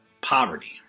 poverty